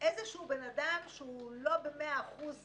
ידידיה מאיר,